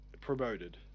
promoted